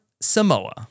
Samoa